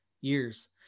years